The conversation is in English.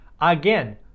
Again